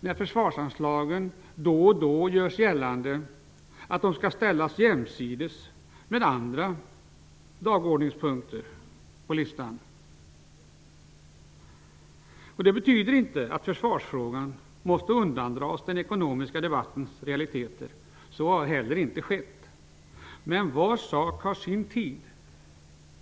när det då och då görs gällande att försvarsanslagen skall ställas jämsides med andra punkter på dagordningen. Det betyder inte att försvarsfrågan måste undandras från den ekonomiska debattens realiteter -- så har heller inte skett -- men var sak har sin tid.